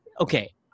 okay